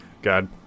god